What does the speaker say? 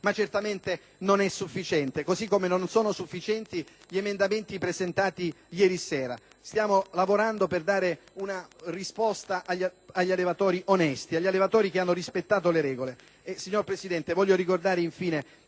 ma certamente non è sufficiente, così come non sono sufficienti gli emendamenti presentati ieri sera. Stiamo lavorando per dare una risposta agli allevatori onesti che hanno rispettato le regole.